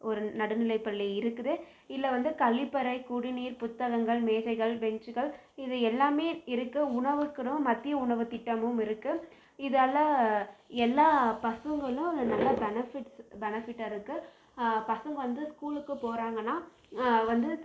ஒரு நடுநிலைப்பள்ளி இருக்குது இதில் வந்து கழிப்பறை குடிநீர் புத்தகங்கள் மேஜைகள் பென்ச்சுகள் இது எல்லாமே இருக்குது உணவுக்குன்னு மதிய உணவு திட்டமும் இருக்குது இதால எல்லா பசங்களும் நல்ல பெனஃபிட் பெனஃபிட்டாக இருக்குது பசங்க வந்து ஸ்கூலுக்கு போகிறாங்கன்னா வந்து